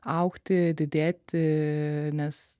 augti didėti nes